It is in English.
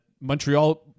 Montreal